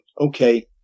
okay